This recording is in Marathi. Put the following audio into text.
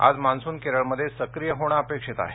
आज मान्सुन केरळमध्ये सक्रीय होणं अपेक्षित आहे